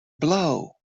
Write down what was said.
blow